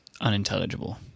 unintelligible